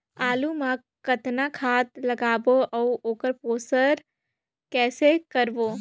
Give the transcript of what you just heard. आलू मा कतना खाद लगाबो अउ ओकर पोषण कइसे करबो?